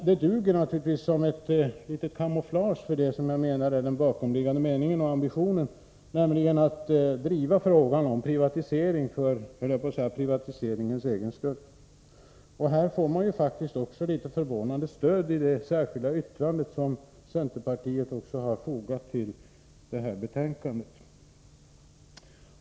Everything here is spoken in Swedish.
Det duger naturligtvis som ett litet kamouflage för det som jag menar är den bakomliggande meningen och ambitionen, nämligen att driva frågan om privatisering för privatiseringens egen skull. Här får man faktiskt också litet förvånande stöd i det särskilda yttrande som centerpartiet har fogat till detta betänkande.